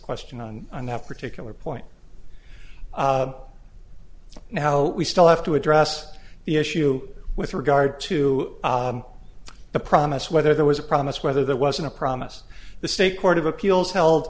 question on on that particular point now we still have to address the issue with regard to the promise whether there was a promise whether that wasn't a promise the state court of appeals held